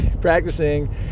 practicing